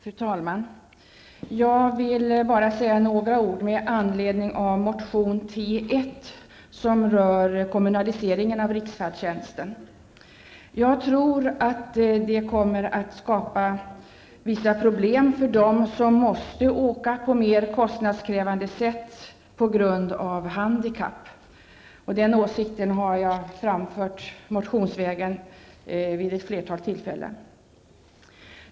Fru talman! Jag vill bara säga några ord med anledning av motion T1, som rör kommunaliseringen av riksfärdtjänsten. Jag tror att det kommer att skapa vissa problem för dem som måste åka på mer kostnadskrävande sätt på grund av handikapp. Den åsikten har jag framfört motionsvägen vid ett flertal tillfällen.